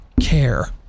care